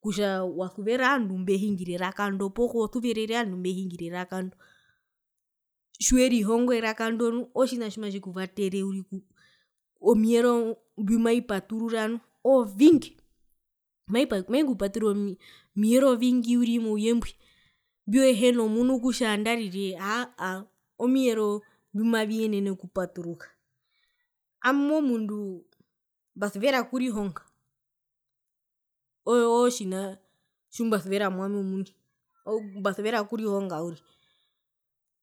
Kutja wasuvera ovandu mbehingira erakando poo kosuverer ovandu mbehingira eraka ndo tjiwerihongo eraka ndo nu otjina tjima tji kuvatere uriri omiyero mbimavipaturura nu ovingi mai kupaturura omiyero ovingi uriri mouyembwi mbihena omunu kutja andarire aahaa omivero mbimaviyenene okupaturuka ami omundu mbasuvera okurihonga oo oo otjina tjimbasuvera mwami omuni mbasuvera okurihonga uriri